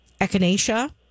echinacea